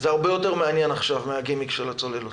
זה הרבה יותר מעניין עכשיו מן הגימיק של הצוללות.